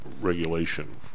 regulation